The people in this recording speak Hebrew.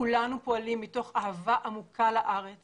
כולנו פועלים מתוך אהבה עמוקה לארץ